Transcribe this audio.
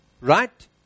right